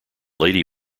lady